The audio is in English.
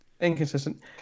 Inconsistent